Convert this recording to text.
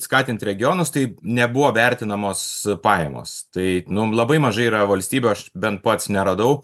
skatinti regionus tai nebuvo vertinamos pajamos tai nu labai mažai yra valstybių aš bent pats neradau